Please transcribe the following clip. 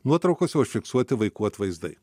nuotraukose užfiksuoti vaikų atvaizdai